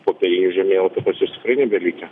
popierinių žemėlapių pas juos tikrai nebelikę